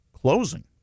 closing